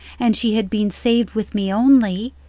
and she had been saved with me only,